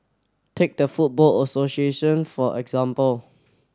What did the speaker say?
take the football association for example